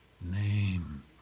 name